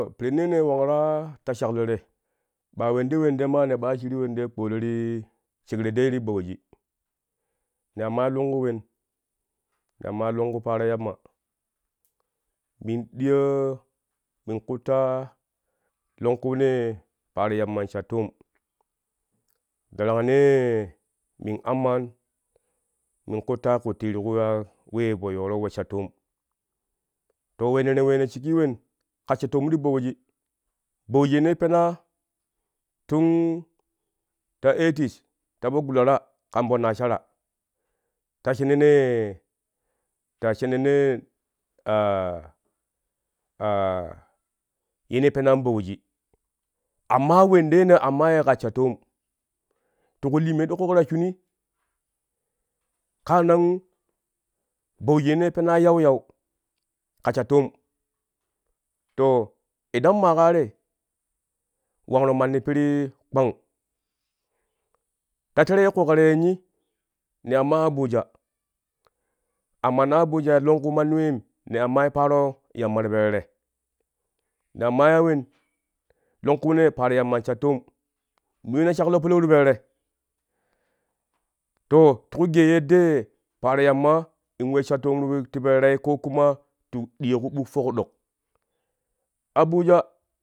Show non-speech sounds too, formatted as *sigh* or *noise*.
To pirennee ne wangraa ta shaklo te ɓaa wende wende maa ne ɓaa shiru wende kpolo ti shekre dai ti bauji ne ammailongku wen ne ammai longku paaro yamma min ɗiyo min kutlaa longkunee paaro yamma. Bha toom drangnee min amman min kutta kutti ti ku ta wee po yooro ka we sha toom to we ye ne weena shigi wen ka sha toom ti baiji, bauji yeno penaa tun ta eet is ta po gulara kan po anasara ta sheno nee ta sheno nee *hesitation* yeno penaan bauji amma wende ye ne ammaa ye ka sha toom ti ku limyo ɗoƙƙoƙo ta shunii kaa nan bauji yene penaa yauyau ka sha toom to idan ma kaa te wangro manni pirii kpang ta tere ye ƙoƙaro yenni ne amma abuja ammano abuja a longku manni waim ne ammai paaro yamma ti po tere ne amma ya wen longkunee paaro yamman sha toom min yuuna shaklo palau ti po tere to ti ku gee yeddee paaro yamma in we sha toom ti po terei ko kuma ti diyo ƙuɓuk foƙi ɗok abuja